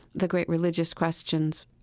the great religious questions